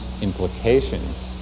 implications